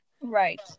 Right